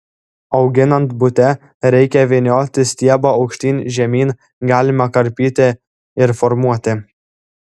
auginant bute reikia vynioti stiebą aukštyn žemyn galima karpyti ir formuoti